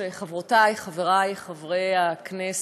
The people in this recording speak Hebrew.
חברותי, חברי חברי הכנסת,